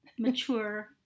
Mature